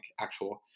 actual